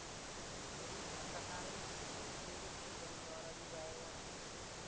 मेरी बहन बता रही थी कि ट्यूलिप को बल्ब द्वारा भी उगाया जा सकता है